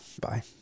bye